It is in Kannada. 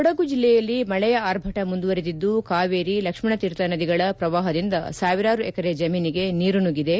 ಕೊಡಗು ಜಿಲ್ಲೆಯಲ್ಲಿ ಮಳೆಯ ಆರ್ಭಟ ಮುಂದುವರಿದಿದ್ದು ಕಾವೇರಿ ಲಕ್ಷಣತೀರ್ಥ ನದಿಗಳ ಪ್ರವಾಹದಿಂದ ಸಾವಿರಾರು ಎಕರೆ ಜಮೀನಿಗೆ ನೀರು ನುಗ್ಗಿದೆ